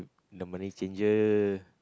the money changer